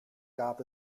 gab